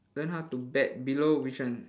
learn how to bet below which one